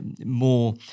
more